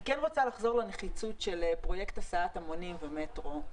לחזור לנחיצות של פרויקט הסעת המונים ומטרו.